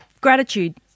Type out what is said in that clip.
gratitude